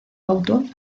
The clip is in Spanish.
auto